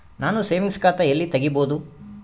ನಾನು ಸೇವಿಂಗ್ಸ್ ಖಾತಾ ಎಲ್ಲಿ ತಗಿಬೋದು?